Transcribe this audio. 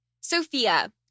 Sophia